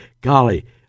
golly